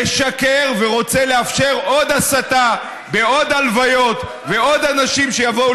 משקר ורוצה לאפשר עוד הסתה בעוד הלוויות ועוד אנשים שיבואו